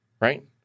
right